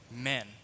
men